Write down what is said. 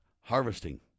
harvesting